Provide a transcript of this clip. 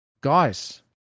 Guys